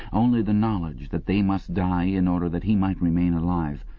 only the knowledge that they must die in order that he might remain alive,